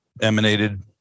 emanated